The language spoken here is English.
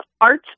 art